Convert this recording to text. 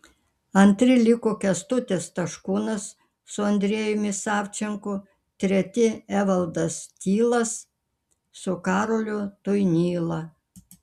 antri liko kęstutis taškūnas su andrejumi savčenko treti evaldas tylas su karoliu tuinyla